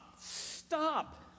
stop